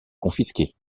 confisquées